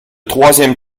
troisième